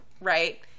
right